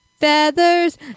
feathers